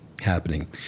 happening